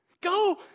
Go